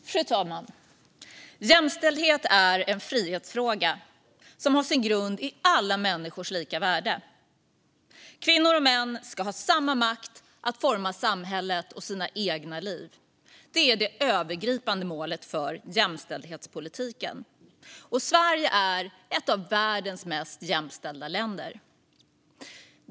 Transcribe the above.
Fru talman! Jämställdhet är en frihetsfråga som har sin grund i alla människors lika värde. Kvinnor och män ska ha samma makt att forma samhället och sina egna liv. Det är det övergripande målet för jämställdhetspolitiken. Och Sverige är ett av världens mest jämställda länder.